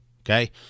Okay